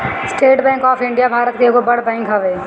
estate bank of India Bharat के एगो बड़ बैंक हवे